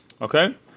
Okay